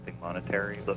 monetary